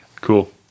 Cool